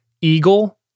eagle